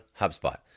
HubSpot